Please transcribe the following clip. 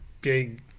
big